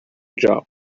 job